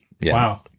Wow